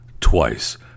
twice